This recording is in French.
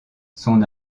son